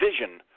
vision